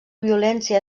violència